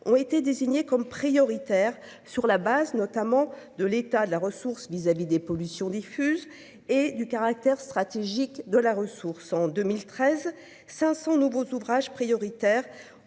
ont été désignés comme prioritaires sur la base notamment de l'état de la ressource vis-à-vis des pollutions diffuses et du caractère stratégique de la ressource en 2013 500, nombreux ouvrages prioritaires